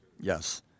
Yes